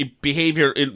behavior